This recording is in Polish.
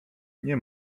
nie